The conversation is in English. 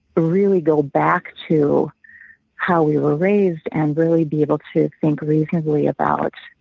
really go back to how we were raised and really be able to think reasonably about